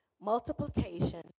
Multiplication